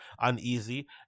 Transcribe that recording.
uneasy